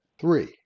three